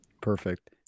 perfect